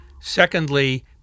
secondly